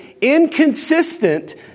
inconsistent